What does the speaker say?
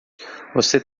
você